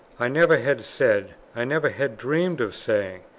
i never had said, i never had dreamed of saying,